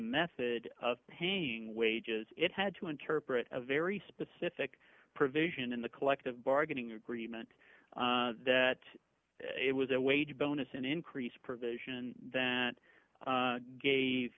method of paying wages it had to interpret a very specific provision in the collective bargaining agreement that it was a wage bonus an increase provision that gave